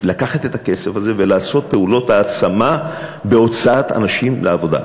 לקחת את הכסף הזה ולעשות פעולות העצמה בהוצאת אנשים לעבודה.